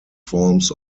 forms